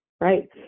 right